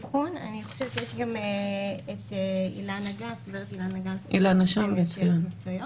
אני חושבת שגם גב' אילנה גנס נמצאת --- לשאלות מקצועיות.